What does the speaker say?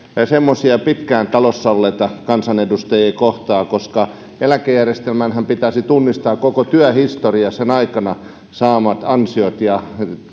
semmoisia pitkään talossa olleita kansanedustajia kohtaan koska eläkejärjestelmänhän pitäisi tunnistaa koko työhistoria sen aikana saadut ansiot ja